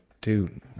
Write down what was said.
dude